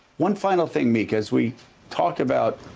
one final thing, mika, as we talk about